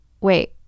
wait